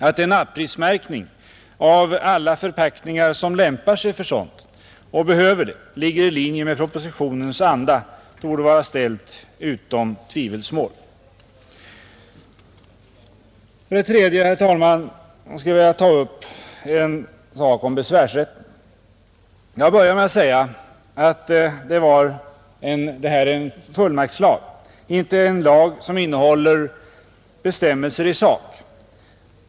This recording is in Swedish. Att en å-prismärkning av alla förpackningar som lämpar sig för och behöver en sådan märkning ligger i propositionens anda torde vara ställt utom tvivel. För det tredje, herr talman, skulle jag vilja beröra frågan om besvärsrätten. Jag började med att säga att det här är en fullmaktslag, inte en lag som innehåller bestämmelser i sak.